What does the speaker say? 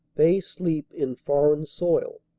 they sleep in foreign soil,